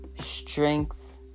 strength